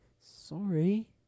Sorry